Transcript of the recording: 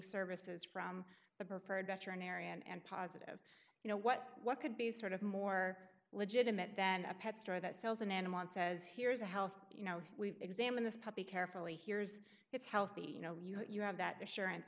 services from the preferred veterinarian and positive you know what what could be sort of more legitimate than a pet store that sells an animal and says here is a health you know we examine this puppy carefully here's it's healthy you know you have that